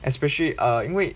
especially uh 因为